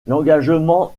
l’engagement